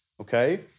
okay